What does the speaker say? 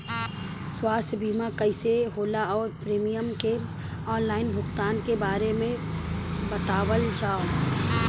स्वास्थ्य बीमा कइसे होला और प्रीमियम के आनलाइन भुगतान के बारे में बतावल जाव?